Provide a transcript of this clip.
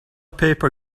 paper